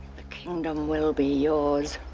the kingdom will be yours.